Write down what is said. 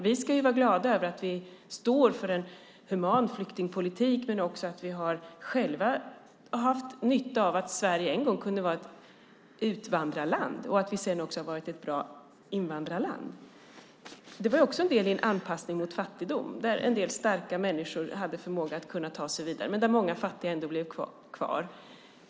Vi ska vara glada över att vi står för en human flyktingpolitik men också över att vi själva har haft nytta av att Sverige en gång kunde vara ett utvandrarland och att vi sedan har varit ett bra invandrarland. Det var också en del i en anpassning mot fattigdom. En del starka människor hade förmåga att ta sig vidare, men många fattiga blev ändå kvar.